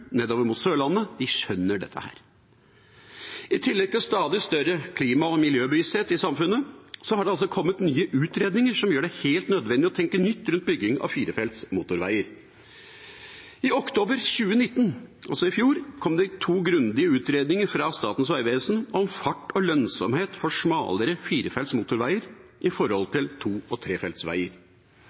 nedover mot Sørlandet, skjønner dette. I tillegg til en stadig større klima- og miljøbevissthet i samfunnet, har det altså kommet nye utredninger som gjør det helt nødvendig å tenke nytt rundt bygging av firefelts motorveier. I oktober 2019, altså i fjor, kom det to grundige utredninger fra Statens vegvesen om fart og lønnsomhet for smalere firefelts motorveier i forhold til to- og